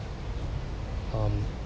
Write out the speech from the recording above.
um